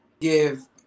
give